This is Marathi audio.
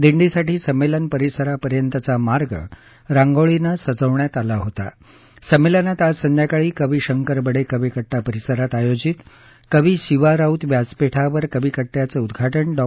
दिंडीसाठी संमेलन परिसरापर्यंतचा मार्ग रांगोळीनं सजवण्यात आला होता संमेलनात आज संध्याकाळी कवी शंकर बडे कविकट्टा परिसरात आयोजित कवी शिवा राऊत व्यासपीठावर कवीकट्ट्याचं उद्घाटन डॉ